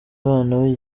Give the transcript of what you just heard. abana